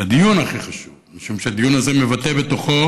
זה הדיון הכי חשוב, משום שהדיון הזה מבטא בתוכו